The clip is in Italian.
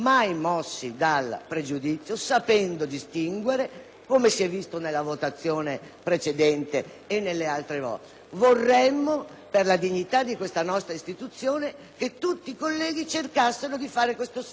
come si è visto nella votazione precedente e le altre volte. Vorremmo, per la dignità di questa nostra istituzione, che tutti i colleghi cercassero di fare un simile sforzo. Ogni caso va guardato per quello che è.